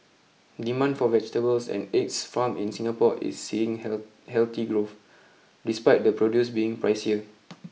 demand for vegetables and eggs farmed in Singapore is seeing healthy growth despite the produce being pricier